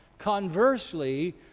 Conversely